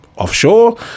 offshore